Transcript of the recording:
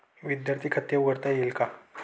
विद्यार्थी खाते उघडता येईल का?